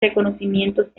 reconocimientos